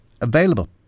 available